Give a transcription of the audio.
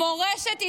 מורשת ישראל,